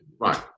Right